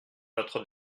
notre